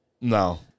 No